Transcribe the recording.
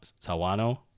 sawano